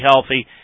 healthy